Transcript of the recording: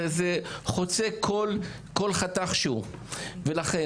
זה חוצה כל חתך שהוא ולכן,